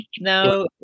now